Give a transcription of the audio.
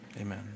Amen